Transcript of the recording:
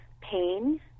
pain